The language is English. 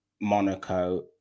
Monaco